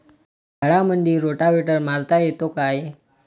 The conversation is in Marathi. झाडामंदी रोटावेटर मारता येतो काय?